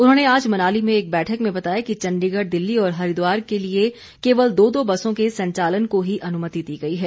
उन्होंने आज मनाली में एक बैठक में बताया कि चंडीगढ़ दिल्ली और हरिद्वार के लिए केवल दो दो बसों के संचालन को ही अनुमति दी गई है